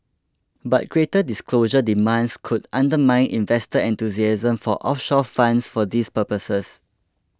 but greater disclosure demands could undermine investor enthusiasm for offshore funds for these purposes